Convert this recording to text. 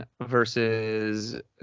versus